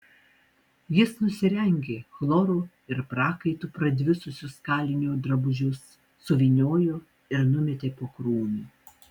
jis nusirengė chloru ir prakaitu pradvisusius kalinio drabužius suvyniojo ir numetė po krūmu